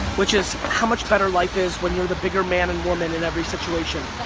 which is how much better life is when you're the bigger man and woman in every situation,